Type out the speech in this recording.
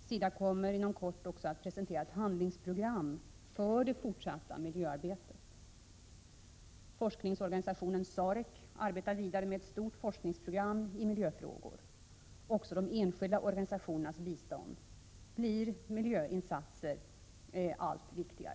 SIDA kommer inom kort också att presentera ett handlingsprogram för det fortsatta miljöarbetet. Forskningsorganisationen SAREC arbetar vidare med ett stort forskningsprogram i miljöfrågor. Också i de enskilda organisationernas bistånd blir miljöinsatser allt viktigare.